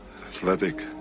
athletic